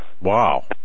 Wow